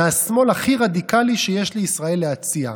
מהשמאל הכי רדיקלי שיש לישראל להציע.